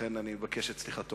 לכן אני מבקש את סליחתו.